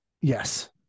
Yes